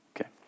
Okay